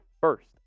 first